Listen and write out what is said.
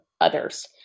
others